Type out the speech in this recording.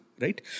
right